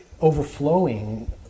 Overflowing